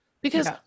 because-